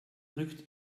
rückt